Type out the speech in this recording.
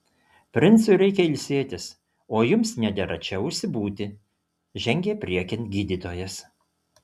princui reikia ilsėtis o jums nedera čia užsibūti žengė priekin gydytojas